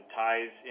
ties